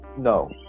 no